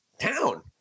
town